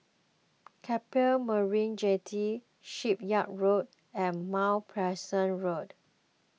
Keppel Marina Jetty Shipyard Road and Mount Pleasant Road